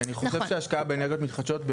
כי אני חושב שהשקעה באנרגיות מתחדשות,